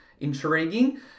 intriguing